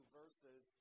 verses